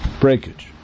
breakage